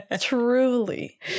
truly